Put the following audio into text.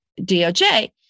DOJ